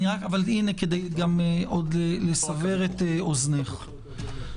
פה בוועדה לא תהיי לעולם חותמת גומי.